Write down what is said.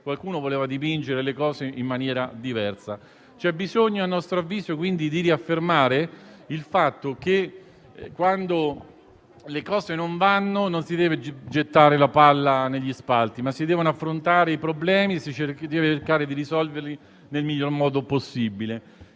qualcuno voleva dipingere le cose in maniera diversa. A nostro avviso, c'è bisogno di riaffermare il fatto che, quando le cose non vanno, non si deve gettare la palla sugli spalti, ma si devono affrontare i problemi e cercare di risolverli nel miglior modo possibile.